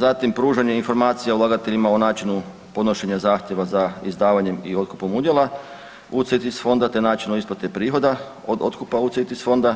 Zatim pružanje informacija ulagateljima o načinu podnošenja zahtjeva za izdavanjem i otkupom udjela UCITS fonda te načinu isplate prihoda od otkupa UCITS fonda,